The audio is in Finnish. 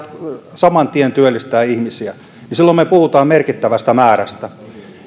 saman tien työllistävät ihmisiä niin silloin me puhumme merkittävästä määrästä